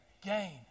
Gain